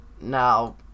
Now